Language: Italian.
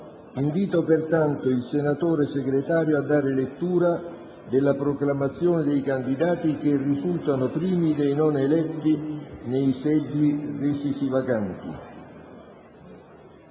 Invito pertanto il senatore Segretario provvisorio a dare lettura della proclamazione dei candidati che risultano primi dei non eletti nei seggi resisi vacanti.